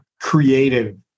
creative